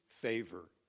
favor